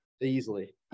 Easily